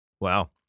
Wow